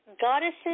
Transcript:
Goddesses